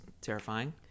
terrifying